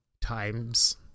times